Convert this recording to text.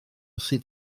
sut